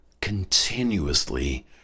continuously